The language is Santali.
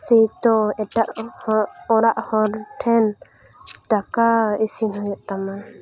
ᱥᱮᱛᱚ ᱮᱴᱟᱜ ᱦᱚᱲ ᱚᱲᱟᱜ ᱦᱚᱲ ᱴᱷᱮᱱ ᱫᱟᱠᱟ ᱤᱥᱤᱱ ᱦᱩᱭᱩᱜ ᱛᱟᱢᱟ